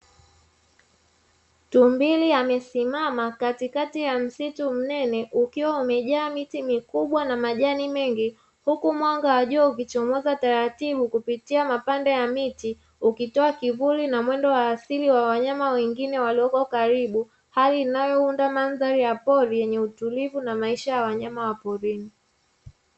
Tumbili amesimama katikati ya msitu mnene ukiwa umejaa miti mikubwa na majani mengi, huku mwanga wa jua ukichomoza taratibu kupitia mapande ya miti ukitoa kivuli na mwendo wa asili wa wanyama wengine walioko karibu, hali inayounda mandhari ya pori yenye utulivu na maisha ya wanyama wa porini.